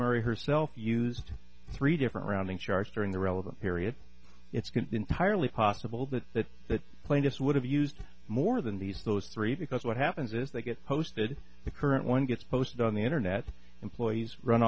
murray herself used three different rounding charge during the relevant period it's going entirely possible that that the plaintiffs would have used more than these those three because what happens is they get posted the current one gets posted on the internet employees run